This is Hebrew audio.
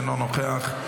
אינו נוכח,